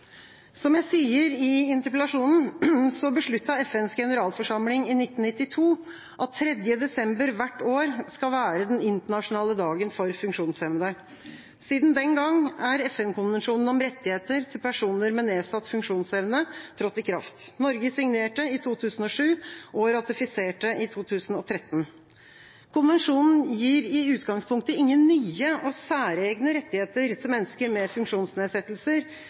Som jeg sier i interpellasjonen, besluttet FNs generalforsamling i 1992 at 3. desember hvert år skal være den internasjonale dagen for funksjonshemmede. Siden den gang er FN-konvensjonen om rettigheter til personer med nedsatt funksjonsevne trådt i kraft. Norge signerte i 2007 og ratifiserte i 2013. Konvensjonen gir i utgangspunktet ingen nye og særegne rettigheter til mennesker med funksjonsnedsettelser,